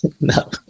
No